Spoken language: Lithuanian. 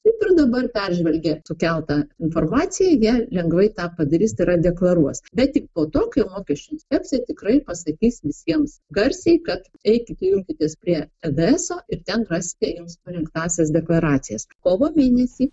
taip ir dabar peržvelgę sukeltą informaciją jie lengvai tą padarys tai yra deklaruos bet tik po tokių mokesčių inspekcija tikrai pasakys visiems garsiai kad eikite junkitės prie eds ir ten rasite jums parinktąsias deklaracijas kovo mėnesį